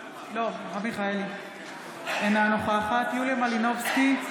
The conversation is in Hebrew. אינה נוכחת יוליה מלינובסקי,